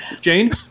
Jane